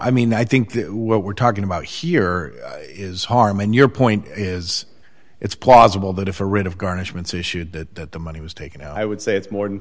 i mean i think what we're talking about here is harm in your point is it's plausible that if a writ of garnishments issued that the money was taken out i would say it's more than